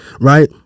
right